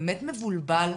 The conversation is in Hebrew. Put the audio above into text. באמת מבולבל,